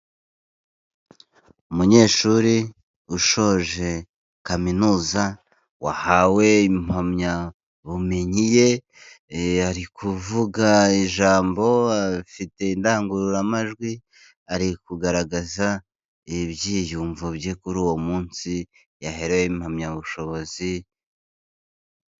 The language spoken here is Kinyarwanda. Umunyeshuri ushoje kaminuza wahawe impamyabumenyi ye. Ari kuvuga ijambo afite indangururamajwi. Ari kugaragaza ibyiyumvo bye kuri uwo munsi yaherewe impamyabushobozi.